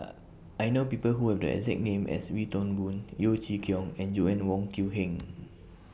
I know People Who Have The exact name as Wee Toon Boon Yeo Chee Kiong and Joanna Wong Quee Heng